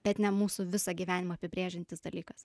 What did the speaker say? bet ne mūsų visą gyvenimą apibrėžiantis dalykas